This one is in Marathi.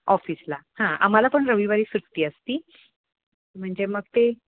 ऑफिसला हां आम्हाला पण रविवारी सुट्टी असते म्हणजे मग ते